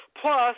Plus